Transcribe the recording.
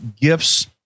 gifts